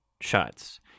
shots